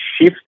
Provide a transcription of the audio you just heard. shift